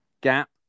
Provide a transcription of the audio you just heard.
gap